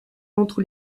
entre